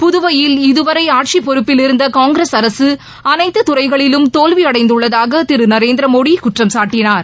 புதுவையில் இதுவரை ஆட்சிப் பொறுப்பில் இருந்த காங்கிரஸ் அரசு அனைத்து துறைகளிலும் தோல்வியடைந்துள்ளதாக திரு நரேந்திர மோடி குற்றம்சாட்டினார்